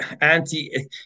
anti